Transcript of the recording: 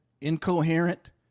Incoherent